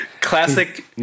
Classic